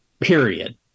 period